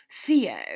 Theo